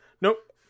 nope